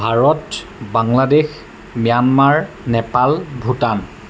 Bharat Bangladesh Myanmar Nepal Bhutan